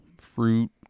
fruit